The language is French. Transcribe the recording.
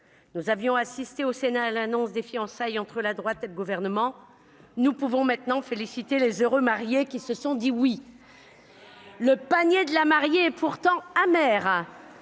Nous avions assisté au Sénat à l'annonce des fiançailles entre la droite et le Gouvernement ; nous pouvons maintenant féliciter les heureux mariés qui se sont dit « oui »! Le panier de la mariée est pourtant amer !